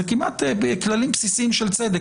זה כמעט בכללים בסיסיים של צדק,